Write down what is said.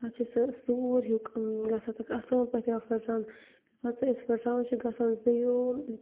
پَتہٕ چھِ سُہ سوٗر ہیٚوٗ گژھان تَتھ اَصٕل پٲٹھۍ پھٹران پَتہٕ سُہ أسۍ پھُٹراوان چھِ گژھان زٔیوٗل